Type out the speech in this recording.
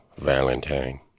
valentine